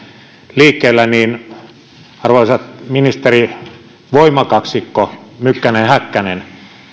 liikkeellä arvoisat ministerit voimakaksikko mykkänen ja häkkänen